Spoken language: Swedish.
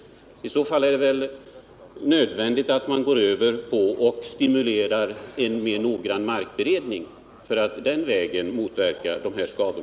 I så fall får man snarare tänka sig att börja stimulera en mer noggrann markberedning för att den vägen motverka sådana här skador.